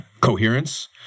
coherence